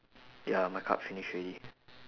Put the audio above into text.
ya my card finish already